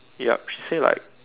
yup she say like